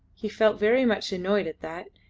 he felt very much annoyed at that,